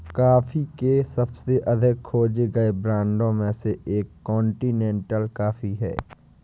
coffee के सबसे अधिक खोजे गए ब्रांडों में से एक कॉन्टिनेंटल कॉफ़ी है